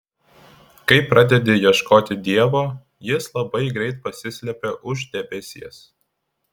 kai pradedi ieškoti dievo jis labai greit pasislepia už debesies